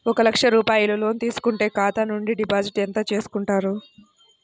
ఒక లక్ష రూపాయలు లోన్ తీసుకుంటే ఖాతా నుండి డిపాజిట్ ఎంత చేసుకుంటారు?